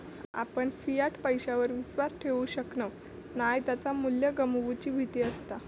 आपण फियाट पैशावर विश्वास ठेवु शकणव नाय त्याचा मू्ल्य गमवुची भीती असता